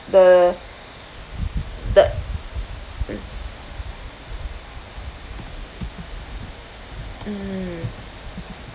the the mm mm